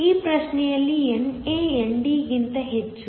ಈ ಪ್ರಶ್ನೆ ಯಲ್ಲಿ NA ND ಗಿಂತ ಹೆಚ್ಚು